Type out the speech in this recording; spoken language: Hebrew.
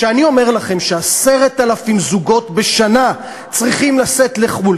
כשאני אומר לכם ש-10,000 זוגות בשנה צריכים לצאת לחו"ל,